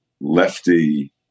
lefty